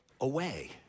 away